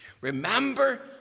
Remember